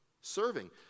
Serving